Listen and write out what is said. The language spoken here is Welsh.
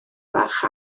fach